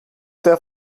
der